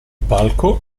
palco